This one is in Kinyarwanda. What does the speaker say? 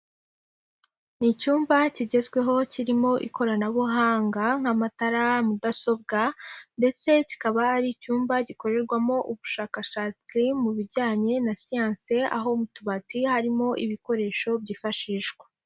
Ni icyumba kigezweho kirimo ikoranabuhanga nk'amatara, mudasobwa ndetse kikaba ari icyumba gikorerwamo ubushakashatsi mu bijyanye na siyanse aho mu tubati harimo ibikoresho byifashishwa.